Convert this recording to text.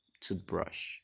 toothbrush